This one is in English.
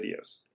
videos